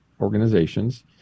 organizations